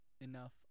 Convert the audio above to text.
enough